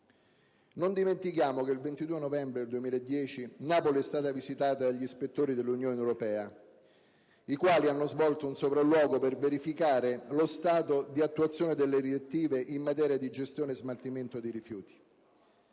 Non dimentichiamo che il 22 novembre 2010 Napoli è stata visitata dagli ispettori dell'Unione europea, i quali hanno svolto un sopralluogo per verificare lo stato di attuazione delle direttive in materia di gestione e smaltimento di rifiuti.